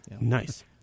nice